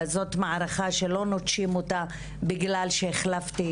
זאת מערכה שלא נוטשים אותה בגלל שהחלפתי